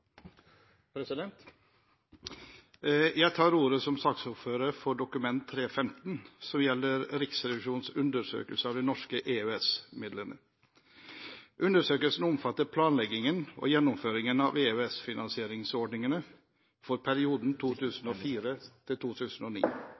Jeg tar ordet som saksordfører for Dokument nr. 3:15 for 2012–2013, som gjelder Riksrevisjonens undersøkelse av de norske EØS-midlene. Undersøkelsen omfatter planleggingen og gjennomføringen av EØS-finansieringsordningene for perioden